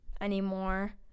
anymore